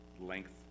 length